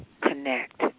connect